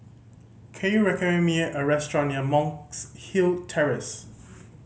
can you recommend me a restaurant near Monk's Hill Terrace